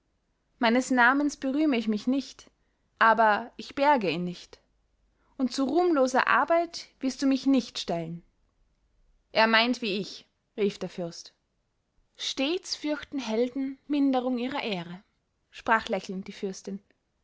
meines namens berühme ich mich nicht aber ich berge ihn nicht und zu ruhmloser arbeit wirst du mich nicht stellen er meint wie ich rief der fürst stets fürchten die helden minderung ihrer ehre sprach lächelnd die fürstin